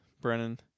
Brennan